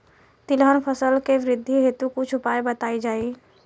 तिलहन फसल के वृद्धी हेतु कुछ उपाय बताई जाई?